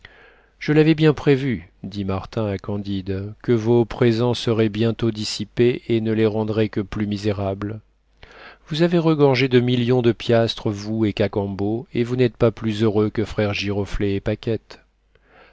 je l'avais bien prévu dit martin à candide que vos présents seraient bientôt dissipés et ne les rendraient que plus misérables vous avez regorgé de millions de piastres vous et cacambo et vous n'êtes pas plus heureux que frère giroflée et paquette